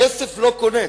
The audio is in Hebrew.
כסף לא קונה.